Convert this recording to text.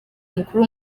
mukuru